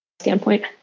standpoint